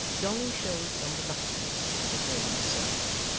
dolly showed some reluctance to perform this ceremony,